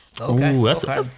okay